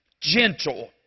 gentle